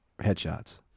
headshots